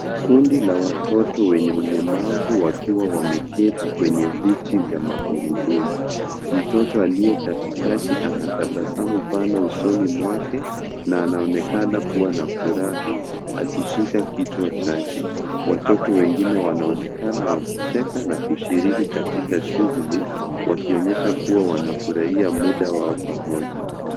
Kundi la watoto wenye ulemavu wakiwa wameketi kwenye viti vya magurudumu. Mtoto aliye katikati ana tabasamu pana usoni mwake na anaonekana kuwa na furaha akishika kichwa chake. Watoto wengine wanaonekana wakicheka na kushiriki katika shughuli wakionyesha kuwa wanafurahia muda wao pamoja.